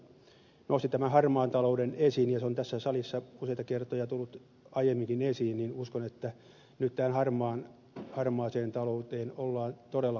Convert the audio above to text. pulliainen tuossa nyt niin voimakkaasti nosti harmaan talouden esiin ja se on tässä salissa useita kertoja tullut aiemminkin esiin uskon että nyt tähän harmaaseen talouteen ollaan todella puuttumassa